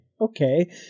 Okay